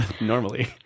Normally